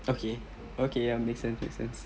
okay okay ya makes sense makes sense